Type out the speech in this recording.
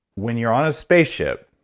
when you're on a spaceship,